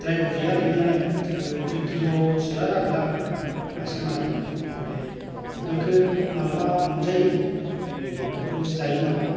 द्रायबो गैया गैनायालाय थेवबो दुय किल'सोआ जागोन आरो मासे मानै ओमफ्राय बेफोरखौ माब्लाबा हमजायो ओमफ्राय बेफोरखौबो जायो माब्लाबा